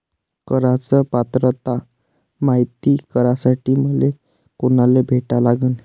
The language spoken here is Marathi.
कराच पात्रता मायती करासाठी मले कोनाले भेटा लागन?